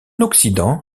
occident